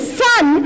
son